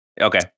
Okay